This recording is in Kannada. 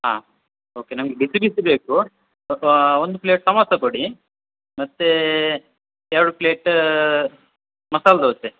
ಹಾಂ ಓಕೆ ನಂಗೆ ಬಿಸಿ ಬಿಸಿ ಬೇಕು ಸ್ವಲ್ಪಾ ಒಂದು ಪ್ಲೇಟ್ ಸಮೋಸ ಕೊಡಿ ಮತ್ತು ಎರಡು ಪ್ಲೇಟ ಮಸಾಲ ದೋಸೆ